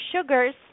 sugars